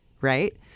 right